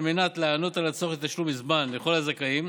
על מנת לענות על הצורך לתשלום בזמן לכל הזכאים,